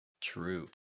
True